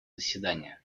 заседания